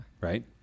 Right